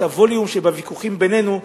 את הווליום שבוויכוחים בינינו,